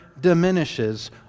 diminishes